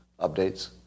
updates